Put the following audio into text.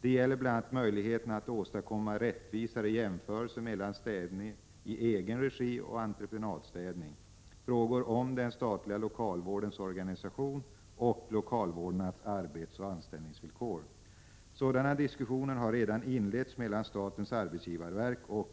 Det gäller bl.a. möjligheterna att åstadkomma rättvisare jämförelser mellan städning i egen regi och entreprenadstädning, frågor om den statliga lokalvårdens organisation och lokalvårdarnas arbetsoch anställningsvillkor. Sådana diskussioner har redan inletts mellan statens arbetsgivarverk och